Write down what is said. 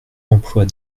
emplois